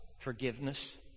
Forgiveness